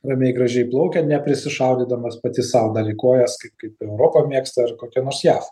ramiai gražiai plaukia neprisišaudydamas pati sau dar į kojas kai kaip europa mėgsta ar kokia nors jav